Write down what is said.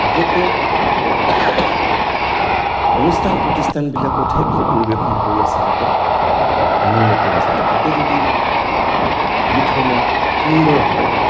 বিশেষকে অনুষ্ঠান প্ৰতিষ্ঠানবিলাকতহে গীত পৰিৱেশন কৰি আচলতে আনন্দ পোৱা যায় তাতে যদি গীতসমূহ সুন্দৰ হয়